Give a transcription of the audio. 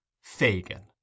fagin